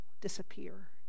disappear